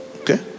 okay